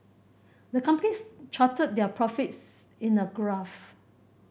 the companies charted their profits in a graph